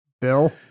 Bill